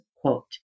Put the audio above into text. quote